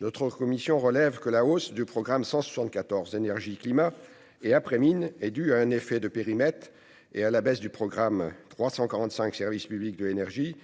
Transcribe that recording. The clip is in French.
notre commission relève que la hausse des crédits du programme 174, « Énergie, climat et après-mines », est due à un effet de périmètre et que la baisse de ceux du programme 345, « Service public de l'énergie